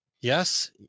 yes